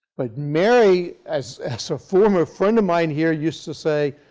but mary, as a so former friend of mine here used to say,